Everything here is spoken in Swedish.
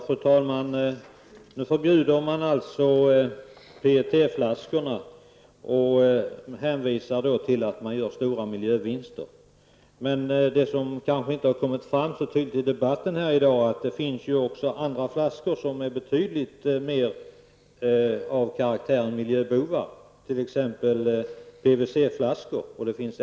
Fru talman! Nu förbjuder man alltså PET-flaskan och hänvisar till att det görs stora miljövinster. Det som kanske inte har kommit fram i dagens debatt är att det också finns andra flaskor som mer har karaktären av miljöbovar, t.ex. PVC-flaskor och andra.